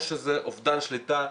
או שזה אובדן שליטה,